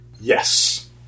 Yes